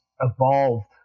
evolved